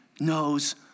knows